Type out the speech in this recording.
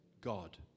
God